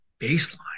baseline